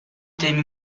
temi